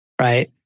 right